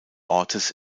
ortes